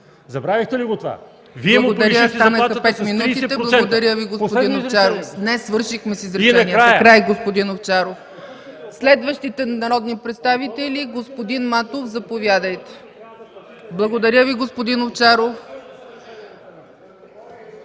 Забравихте ли го това? Но Вие му увеличихте заплатата с 30%!